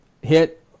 hit